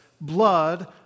blood